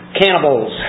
cannibals